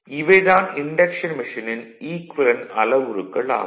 இவை தான் இன்டக்ஷன் மெஷினின் ஈக்குவேலன்ட் அளவுருக்கள் ஆகும்